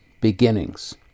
Beginnings